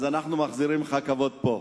אז אנחנו מחזירים לך כבוד פה.